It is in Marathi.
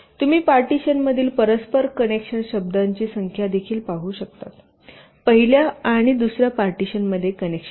तुम्ही पार्टिशनमधील परस्पर कनेक्शन शब्दांची संख्या देखील पाहू शकता पहिल्या आणि दुसर्या पार्टिशनमध्ये कनेक्शन आहेत